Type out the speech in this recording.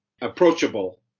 approachable